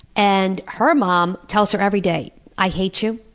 and her mom tells her every day, i hate you,